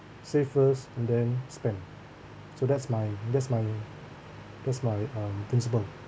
save first and then spend so that's my that's my that's my um principle